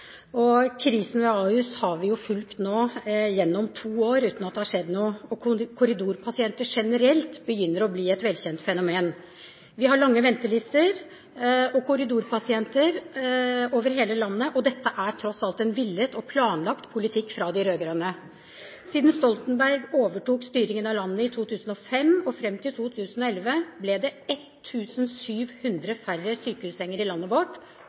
Krisen ved Ahus har vi nå fulgt gjennom to år uten at det har skjedd noe. Korridorpasienter generelt begynner å bli et velkjent fenomen. Over hele landet har vi lange ventelister og korridorpasienter. Dette er tross alt en villet og planlagt politikk fra de rød-grønne. Fra Stoltenberg overtok styringen av landet i 2005 og fram til 2011 ble det 1 700 færre sykehussenger i landet vårt,